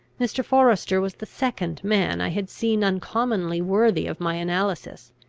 mr. forester was the second man i had seen uncommonly worthy of my analysis,